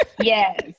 Yes